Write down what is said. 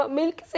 milk